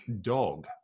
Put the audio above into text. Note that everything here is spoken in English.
Dog